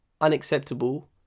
unacceptable